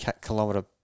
kilometer